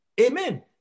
Amen